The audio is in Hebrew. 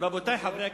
רבותי חברי הכנסת,